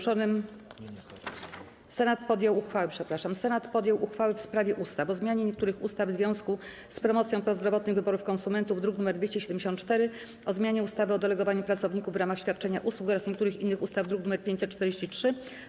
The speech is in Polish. Senat podjął uchwały w sprawie ustaw: - o zmianie niektórych ustaw w związku z promocją prozdrowotnych wyborów konsumentów, druk nr 274, - o zmianie ustawy o delegowaniu pracowników w ramach świadczenia usług oraz niektórych innych ustaw, druk nr 543.